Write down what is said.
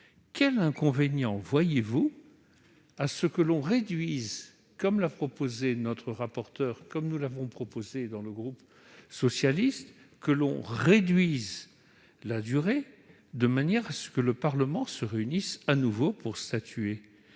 Quel inconvénient voyez-vous à ce que l'on réduise, comme l'a proposé notre rapporteur et comme l'a proposé le groupe socialiste, la durée de l'état d'urgence, de manière à ce que le Parlement se réunisse de nouveau pour statuer ?